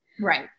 Right